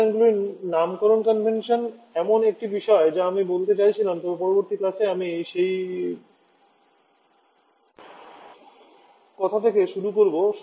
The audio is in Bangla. রেফ্রিজারেন্টগুলির নামকরণ কনভেনশন এমন একটি বিষয় যা আমি বলতে চাইছিলাম তবে পরবর্তী ক্লাসে আমি সেই কথা থেকে শুরু করব